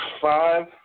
five